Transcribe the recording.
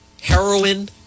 heroin